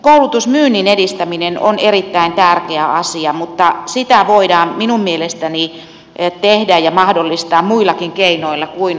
koulutusmyynnin edistäminen on erittäin tärkeä asia mutta sitä voidaan minun mielestäni tehdä ja mahdollistaa muillakin keinoilla kuin lukukausimaksuilla